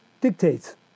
dictates